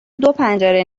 دوپنجره